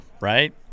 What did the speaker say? right